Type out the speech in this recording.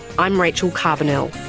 i'm rachel carbonell